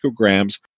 micrograms